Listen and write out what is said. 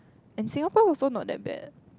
and Singapore also not that bad